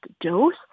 dose